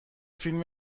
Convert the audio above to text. فیلم